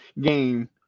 game